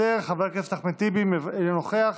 חבר הכנסת אחמד טיבי, אינו נוכח,